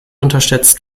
unterschätzt